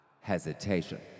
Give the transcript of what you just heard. hesitation